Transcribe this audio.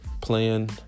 playing